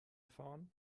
fahren